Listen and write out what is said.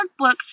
workbook